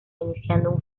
iniciando